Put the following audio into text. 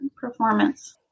performance